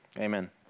Amen